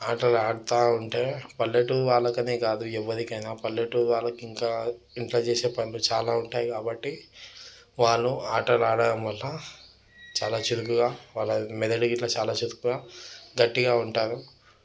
ఆటలు ఆడుతూ ఉంటే పల్లెటూరి వాళ్ళకు అనేకాదు ఎవరికైనా పల్లెటూరి వాళ్ళకి ఇంకా ఇంట్లో చేసే పనులు చాలా ఉంటాయి కాబట్టి వాళ్ళు ఆటలు ఆడడం వల్ల చాలా చురుకుగా వాళ్ళ మెదడు ఇట్లా చాలా చురుకుగా గట్టిగా ఉంటారు